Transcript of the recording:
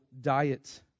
diet